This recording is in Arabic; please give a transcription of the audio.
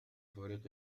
فريق